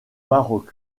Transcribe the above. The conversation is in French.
maroc